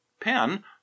pen